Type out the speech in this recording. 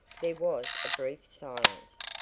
there was a brief silence,